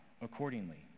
accordingly